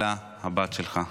אלה, הבת שלך.